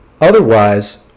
otherwise